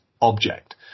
object